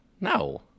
no